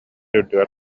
үрдүгэр